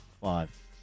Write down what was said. Five